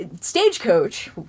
Stagecoach